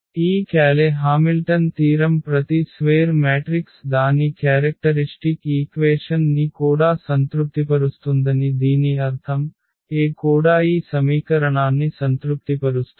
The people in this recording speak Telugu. ఈ క్యాలె హామిల్టన్ తీరం ప్రతి స్వేర్ మ్యాట్రిక్స్ దాని క్యారెక్టరిష్టిక్ ఈక్వేషన్ ని కూడా సంతృప్తిపరుస్తుందని దీని అర్థం A కూడా ఈ సమీకరణాన్ని సంతృప్తిపరుస్తుంది